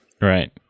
Right